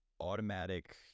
automatic